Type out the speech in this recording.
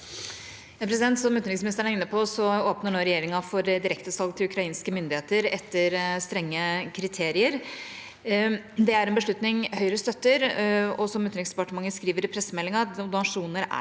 Som utenriks- ministeren er inne på, åpner nå regjeringa for direktesalg til ukrainske myndigheter etter strenge kriterier. Det er en beslutning Høyre støtter, og som Utenriksdepartementet skriver i pressemeldingen: